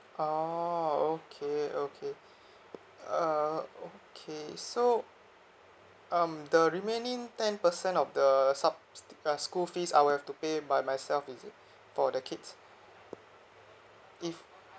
oh okay okay uh okay so um the remaining ten percent of the sup~ uh school fees I will have to pay by myself is it for the kids if